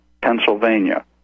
Pennsylvania